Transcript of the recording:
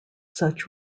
such